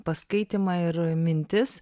paskaitymą ir mintis